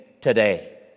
today